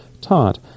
taught